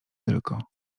tylko